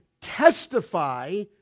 testify